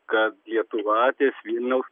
kad lietuva ties vilniaus